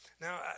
Now